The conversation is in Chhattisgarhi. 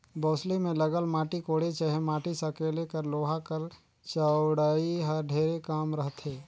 बउसली मे लगल माटी कोड़े चहे माटी सकेले कर लोहा कर चउड़ई हर ढेरे कम रहथे